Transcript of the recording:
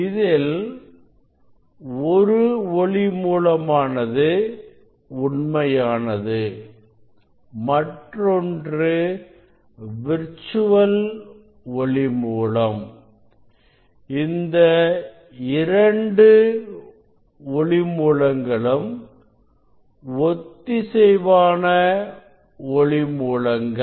இதில் ஒரு ஒளி மூலமானது உண்மையானது மற்றொன்று விர்ச்சுவல் ஒளி மூலம் இந்த இரண்டு ஒளி மூலங்களும் ஒத்திசைவான ஒளி மூலங்கள்